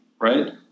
right